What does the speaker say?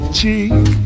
cheek